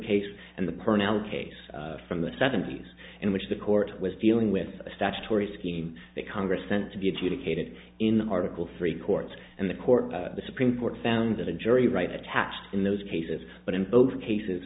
case and the pronoun case from the seventy's in which the court was dealing with a statutory scheme that congress sent to be adjudicated in article three courts and the court the supreme court found that a jury right attached in those cases but in both cases